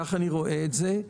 כך אני רואה את זה.